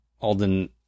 Alden